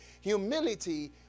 humility